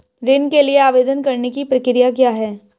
ऋण के लिए आवेदन करने की प्रक्रिया क्या है?